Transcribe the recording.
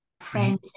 friends